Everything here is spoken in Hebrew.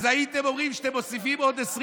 אז הייתם אומרים שאתם מוסיפים עוד 20